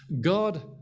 God